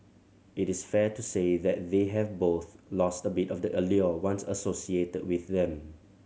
it is fair to say that they have both lost a bit of the allure once associated with them